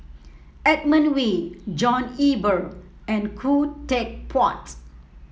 Edmund Wee John Eber and Khoo Teck Puat